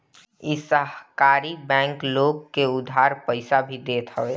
इ सहकारी बैंक लोग के उधार पईसा भी देत हवे